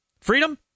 Freedom